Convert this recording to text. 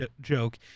joke